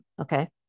Okay